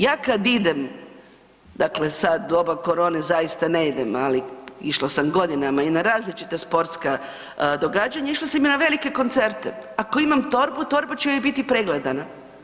Ja kad idem dakle sad u doba korone zaista ne idem, ali išla sam godinama i na različita sportska događanja, išla sam i na velike koncerte, ako imam torbu, torba će mi biti pregledana.